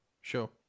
sure